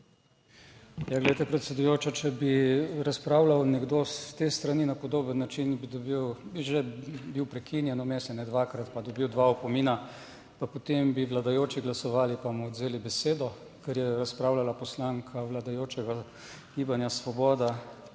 Ja, glejte, predsedujoča, če bi razpravljal nekdo s te strani na podoben način bi dobil, bi že bil prekinjen vmes dvakrat pa dobil dva opomina, pa potem bi vladajoči glasovali, pa mu odvzeli besedo; ker je razpravljala poslanka vladajočega Gibanja Svoboda,